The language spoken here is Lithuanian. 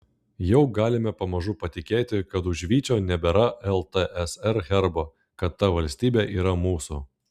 jau galime pamažu patikėti kad už vyčio nebėra ltsr herbo kad ta valstybė yra mūsų